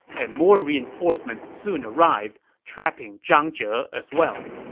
and more reinforcements soon arrived, trapping zhang zhe as well